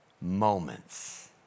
moments